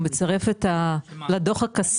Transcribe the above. הוא מצרף לדוח הכספי,